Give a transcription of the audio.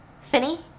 Finny